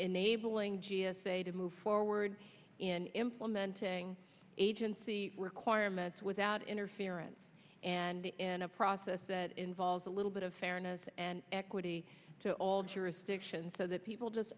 enabling g s a to move forward in implementing agency requirements without interference and in a process that involves a little bit of fairness and equity to all jurisdictions so that people just